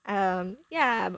um yeah